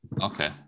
Okay